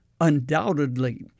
undoubtedly